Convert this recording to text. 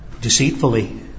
deceitfully